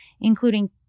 including